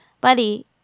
Buddy